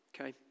Okay